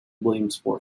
williamsport